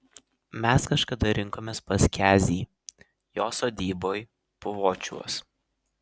mes kažkada rinkomės pas kezį jo sodyboj puvočiuos